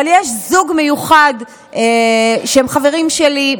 אבל יש זוג מיוחד שהם חברים שלי,